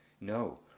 No